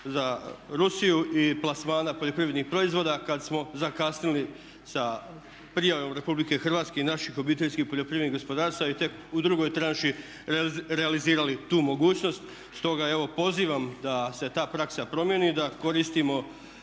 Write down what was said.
za Rusiju i plasmana poljoprivrednih proizvoda kad smo zakasnili sa prijavom RH i naših obiteljskih poljoprivrednih gospodarstava i tek u drugoj tranši realizirali tu mogućnost. Stoga evo pozivam da se ta praksa promijeni i da koristimo